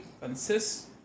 consists